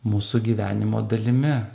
mūsų gyvenimo dalimi